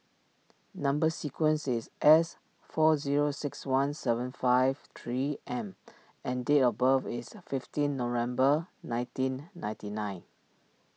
Number Sequence is S four zero six one seven five three M and date of birth is fifteen November nineteen ninety nine